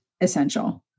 essential